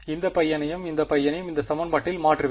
இந்த பையனையும் இந்த பையனையும் இந்த சமன்பாட்டில் மாற்றுவேன்